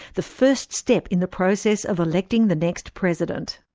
the first step in the process of electing the next president.